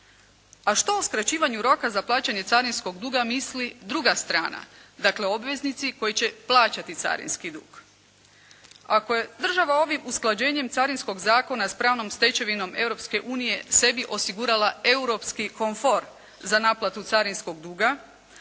A što o skraćivanju roka za plaćanje carinskog duga misli druga strana, dakle obveznici koji će plaćati carinski dug. Ako je država ovim usklađenje Carinskog zakona s pravnom stečevinom Europske unije sebi osigurala europski komfor za naplatu carinskog duga,